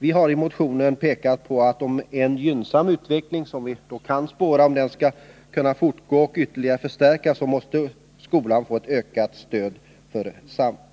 Vi har i motionen pekat på att om den gynnsamma utveckling vi kan spåra skall kunna fortgå och ytterligare förstärkas, så måste skolan få ett ökat stöd